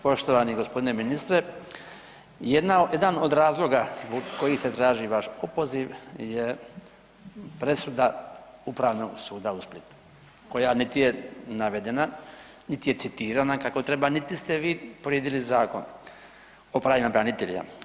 Poštovani gospodine ministre, jedna, jedan od razloga zbog kojeg se traži vaš opoziv je presuda Upravnog suda u Splitu koja niti je navedena, niti je citirana kako treba, niti ste vi povrijedili Zakon o pravima branitelja.